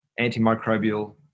antimicrobial